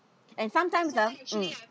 and sometimes ah mm